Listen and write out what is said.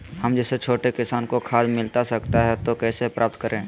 हम जैसे छोटे किसान को खाद मिलता सकता है तो कैसे प्राप्त करें?